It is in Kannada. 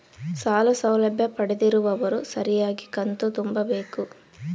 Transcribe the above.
ಸಾಲ ಸೌಲಭ್ಯ ಪಡೆದಿರುವವರು ಸರಿಯಾಗಿ ಕಂತು ತುಂಬಬೇಕು?